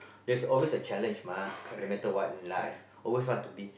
there's always a challenge mah no matter what in life always want to be